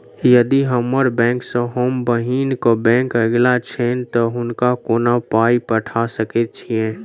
यदि हम्मर बैंक सँ हम बहिन केँ बैंक अगिला छैन तऽ हुनका कोना पाई पठा सकैत छीयैन?